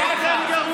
אין לך.